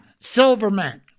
Silverman